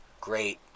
Great